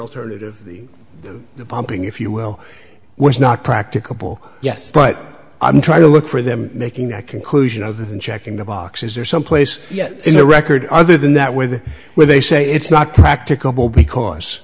alternative the pumping if you will was not practicable yes but i'm trying to look for them making a conclusion other than checking the boxes or someplace in the record other than that with where they say it's not practical because